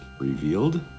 revealed